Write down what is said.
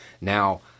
Now